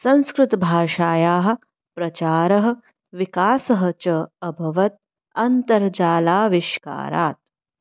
संस्कृतभाषायाः प्रचारः विकासः च अभवत् अन्तर्जालाविष्कारात्